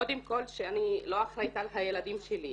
קודם כל שאני לא אחראית על הילדים שלי,